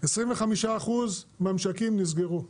25 אחוז מהמשקים נסגרו,